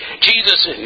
Jesus